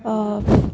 off